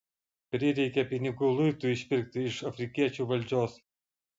prireikė pinigų luitui išpirkti iš afrikiečių valdžios